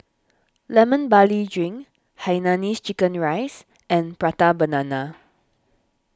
Lemon Barley Drink Hainanese Chicken Rice and Prata Banana